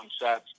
sets